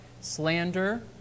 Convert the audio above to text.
slander